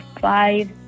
five